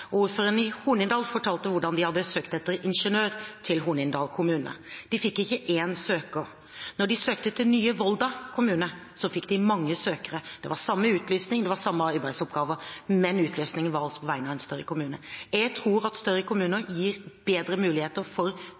og ordføreren i Hornindal fortalte at de hadde søkt etter ingeniør til Hornindal kommune. De fikk ikke én søker. Da de søkte til nye Volda kommune, fikk de mange søkere. Det var samme utlysning, det var samme arbeidsoppgaver, men utlysningen var altså på vegne av en større kommune. Jeg tror at større kommuner gir bedre muligheter for